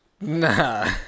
Nah